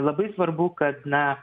labai svarbu kad na